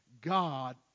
God